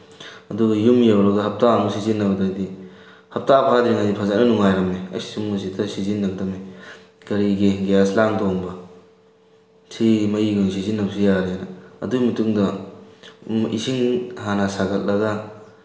ꯑꯗꯨꯒ ꯌꯨꯝ ꯌꯧꯔꯒ ꯍꯞꯇꯥ ꯑꯃ ꯁꯤꯖꯤꯟꯅꯕꯗꯗꯤ ꯍꯞꯇꯥ ꯐꯥꯗ꯭ꯔꯤꯉꯩ ꯐꯖꯅ ꯅꯨꯡꯉꯥꯏꯔꯝꯃꯤ ꯑꯩꯁ ꯃꯣꯏꯁꯤꯇ ꯁꯤꯖꯤꯟꯅꯒꯗꯕꯅꯤ ꯀꯔꯤꯒꯤ ꯒ꯭ꯌꯥꯁ ꯂꯥꯡ ꯊꯣꯡꯕ ꯁꯤ ꯃꯩ ꯅꯨꯡ ꯁꯤꯖꯤꯟꯅꯕꯁꯨ ꯌꯥꯔꯦꯅ ꯑꯗꯨꯒꯤ ꯃꯇꯨꯡꯗ ꯏꯁꯤꯡ ꯍꯥꯟꯅ ꯁꯥꯒꯠꯂꯒ